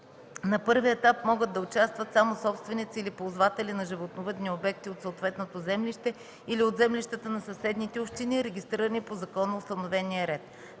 На първия етап могат да участват само собственици или ползватели на животновъдни обекти от съответното землище или от землището на съседните общини, регистрирани по законоустановения ред.